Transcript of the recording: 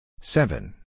seven